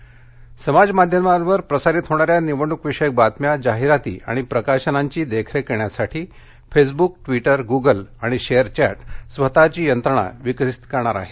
निवडणक आचार संहिता समाज माध्यमांवर प्रसारित होणाऱ्या निवडणूक विषयक बातम्या जाहिराती आणि प्रकाशनाची देखरेख करण्यासाठी फेसबुक ट्विटर गुगल आणि शेअर चॅट स्वतःची यंत्रणा विकसित करणार आहेत